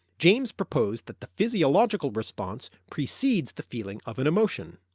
james proposed that the physiological response precedes the feeling of an emotion,